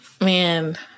Man